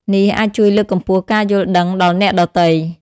នេះអាចជួយលើកកម្ពស់ការយល់ដឹងដល់អ្នកដទៃ។